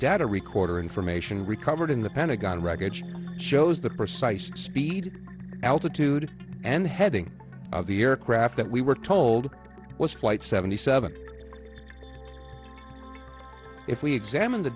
data recorder information recovered in the pentagon wreckage shows the precise speed altitude and heading of the aircraft that we were told was flight seventy seven if we examine the